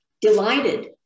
delighted